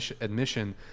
admission